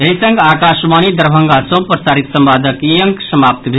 एहि संग आकाशवाणी दरभंगा सँ प्रसारित संवादक ई अंक समाप्त भेल